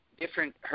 different